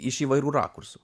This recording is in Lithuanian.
iš įvairių rakursų